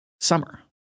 summer